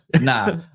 nah